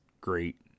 great